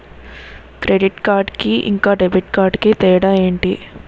Credit card కి ఇంకా debit card కి తేడా ఏంటి?